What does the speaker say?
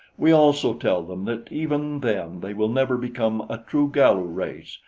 we also tell them that even then they will never become a true galu race,